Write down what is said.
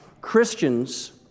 Christians